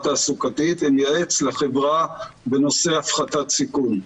תעסוקתית ומייעץ לחברה בנושא הפחתת סיכון.